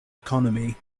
economy